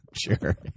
sure